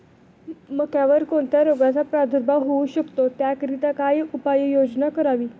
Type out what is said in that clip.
मक्यावर कोणत्या रोगाचा प्रादुर्भाव होऊ शकतो? त्याकरिता काय उपाययोजना करावी?